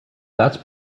that’s